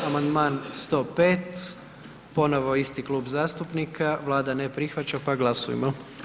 Amandman 105, ponovo isti klub zastupnika, Vlada ne prihvaća pa glasujmo.